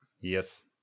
Yes